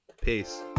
peace